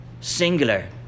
singular